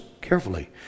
carefully